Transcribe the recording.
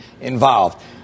involved